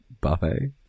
Buffet